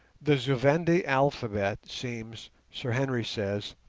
the zu-vendi alphabet seems, sir henry says,